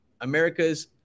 America's